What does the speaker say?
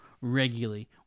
regularly